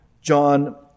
John